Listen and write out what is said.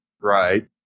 Right